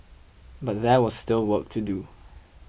but there was still work to do